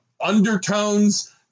undertones